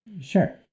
Sure